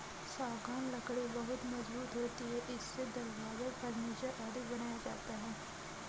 सागौन लकड़ी बहुत मजबूत होती है इससे दरवाजा, फर्नीचर आदि बनाया जाता है